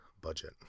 budget